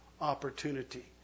opportunity